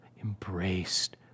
embraced